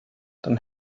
dann